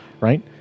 right